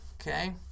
Okay